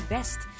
Best